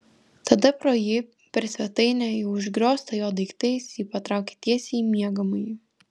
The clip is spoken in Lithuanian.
tada pro jį per svetainę jau užgrioztą jo daiktais ji patraukė tiesiai į miegamąjį